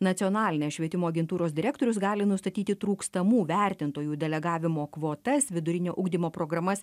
nacionalinės švietimo agentūros direktorius gali nustatyti trūkstamų vertintojų delegavimo kvotas vidurinio ugdymo programas